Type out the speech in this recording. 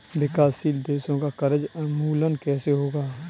विकासशील देशों का कर्ज उन्मूलन कैसे होगा?